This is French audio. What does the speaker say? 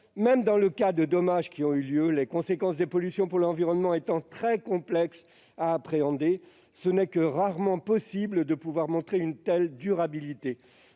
Même dans le cas de dommages qui ont eu lieu, comme les conséquences des pollutions pour l'environnement sont très complexes à appréhender, il n'est que rarement possible de pouvoir montrer une telle durabilité.